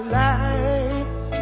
life